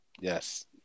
Yes